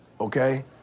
okay